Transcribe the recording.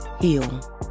heal